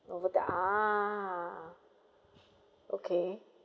over the ah okay